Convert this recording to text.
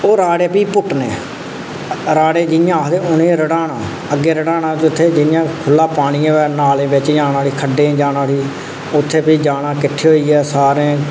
ओह् राह्ड़े भी पुट्टने राह्ड़े जि'यां आखदे रढ़ाना जि'यां रढ़ाना जित्थै जि'यां खुह्ल्ला पानी होऐ नाले बिच जाना उठी खड्डे बिच जाना उठी उत्थै भी जाना किट्ठे होइयै सारें